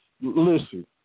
listen